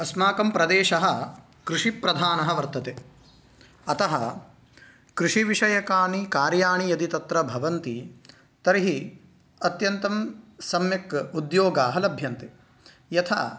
अस्माकं प्रदेशः कृषिप्रधानः वर्तते अतः कृषिविषयकानि कार्याणि यदि तत्र भवन्ति तर्हि अत्यन्तं सम्यक् उद्योगाः लभ्यन्ते यथा